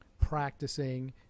practicing